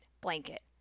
blanket